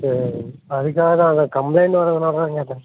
சரிங்க அதுக்காக தான் நான் கம்ப்ளைண்ட் வர்றதுனால தான் கேட்டேங்க சார்